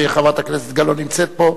וחברת הכנסת גלאון נמצאת פה.